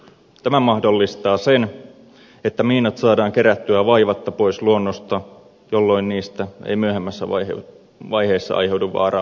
tämä mahdollistaa sen että miinat saadaan kerättyä vaivatta pois luonnosta jolloin niistä ei myöhemmässä vaiheessa aiheudu vaaraa ulkopuolisille